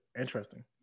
interesting